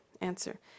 Answer